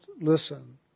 listen